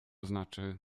znaczy